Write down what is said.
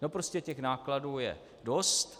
No prostě těch nákladů je dost.